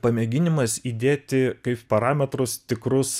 pamėginimas įdėti kaip parametrus tikrus